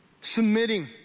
submitting